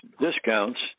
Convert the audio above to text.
discounts